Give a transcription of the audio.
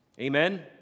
Amen